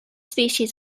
species